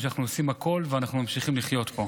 עושים הכול ואנחנו ממשיכים לחיות פה.